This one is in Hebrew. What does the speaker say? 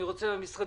אני רוצה לשמוע